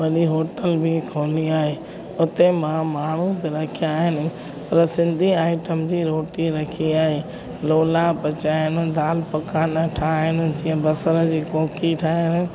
वॾी होटल बि खोली आहे उते मां माण्हू बि रख्या आहिनि पर सिंधी आइटम जी रोटी रखी आहे लोला पचाइनि दालि पकवान ठाहिनि जीअं बसर जी कोकी ठाहे